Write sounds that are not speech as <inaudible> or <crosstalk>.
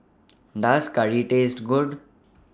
<noise> Does Curry Taste Good